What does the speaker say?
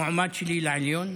המועמד שלי לעליון,